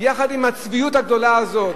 יחד עם הצביעות הגדולה הזאת,